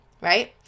Right